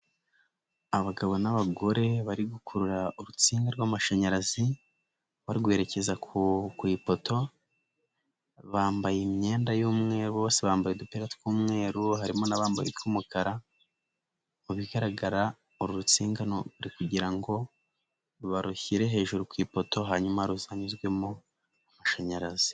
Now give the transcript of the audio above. Abagabo n'abagore bari gukurura urutsinga rw'amashanyarazi barwerekeza ku ipoto, bambaye imyenda y'umweru bose bambaye udupira tw'umweru harimo n'abambaye utw'umukara, mu bigaragara uru rutsinga nu ukugira ngo barushyire hejuru ku ipoto, hanyuma ruzanyuzwemo amashanyarazi.